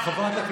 אז הינה,